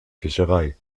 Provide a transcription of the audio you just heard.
fischerei